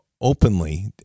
openly